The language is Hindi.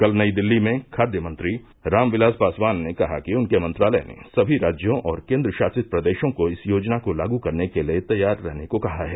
कल नई दिल्ली में खाद्य मंत्री रामविलास पासवान ने कहा कि उनके मंत्रालय ने सभी राज्यों और केन्द्र शासित प्रदेशों को इस योजना को लागू करने के लिए तैयार रहने को कहा है